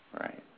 Right